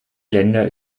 länder